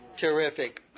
Terrific